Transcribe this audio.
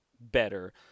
better